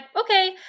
okay